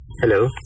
Hello